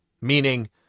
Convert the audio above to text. Meaning